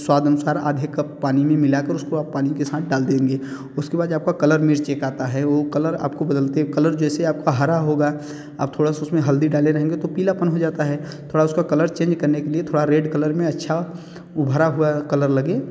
स्वाद अनुसार आधे कप पानी में मिला कर उसको आप पानी के साथ डाल देंगे उसके बाद कलर मिर्च एक आता है वो कलर आपको बदलते कलर जैसे आपका हरा होगा आप थोड़ा सा उसमें हल्दी डाले रहेंगे तो पीलापन हो जाता है थोड़ा उसका कलर चेंज करने के लिए थोड़ा रेड कलर में अच्छा उभरा हुआ कलर लगे